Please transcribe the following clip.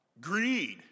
greed